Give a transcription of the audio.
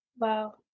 Wow